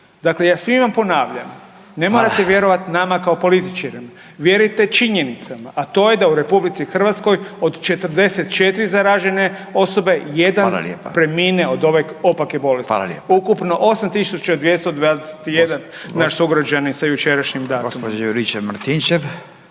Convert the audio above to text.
Dakle ja svima ponavljam ne morate vjerovati nama kao političarima. Vjerujte činjenicama, a to je da u Republici Hrvatskoj od 44 zaražene osobe jedan premine od ove opake bolesti. **Radin, Furio (Nezavisni)**